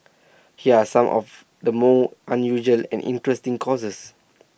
here are some of the more unusual and interesting courses